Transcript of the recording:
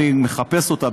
אני מחפש אותה,